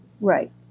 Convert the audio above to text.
Right